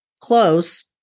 close